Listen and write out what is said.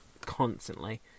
constantly